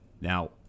now